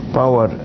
power